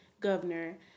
governor